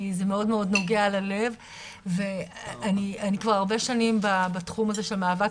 כי זה מאוד נוגע ללב ואני כבר הרבה שנים כבר בתחום הזה של המאבק